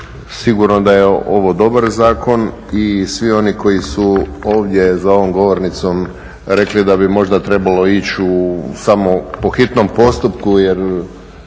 sigurno da je ovo dobar zakon i svi oni koji su ovdje za ovom govornicom rekli da bi možda trebalo ići samo po hitnom postupku